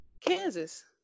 Kansas